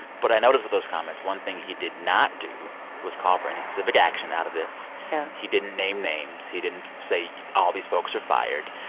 but i notice with those comments, one thing he did not do was call for any specific action out of this yeah he didn't name names. he didn't say all these folks are fired.